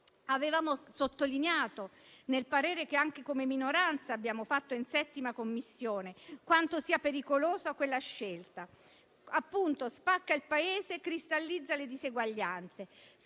Avevamo sottolineato, nel parere che come minoranza abbiamo espresso in 7a Commissione, quanto sia pericolosa quella scelta, che spacca il Paese e cristallizza le diseguaglianze.